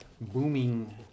booming